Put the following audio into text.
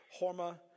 Horma